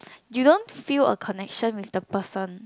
you don't feel a connection with the person